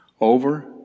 Over